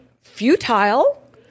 futile